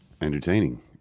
entertaining